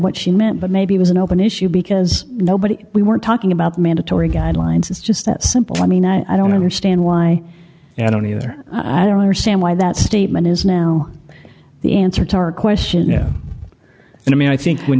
what she meant but maybe it was an open issue because nobody we were talking about mandatory guidelines is just that simple i mean i don't understand why and i don't either i don't understand why that statement is now the answer to our question and i mean i think when